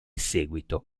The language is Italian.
seguito